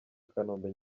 kanombe